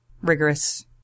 rigorous